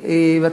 סקסיסטי.